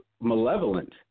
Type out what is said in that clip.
malevolent